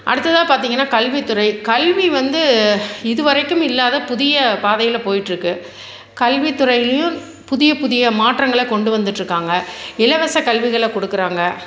அடுத்ததாக பார்த்திங்கன்னா கல்வித்துறை கல்வி வந்து இது வரைக்கும் இல்லாத புதிய பாதையில் போயிட்டுருக்கு கல்வித்துறையிலேயும் புதியப் புதிய மாற்றங்களை கொண்டு வந்துட்டு இருக்காங்க இலவசம் கல்விகள் கொடுக்குறாங்க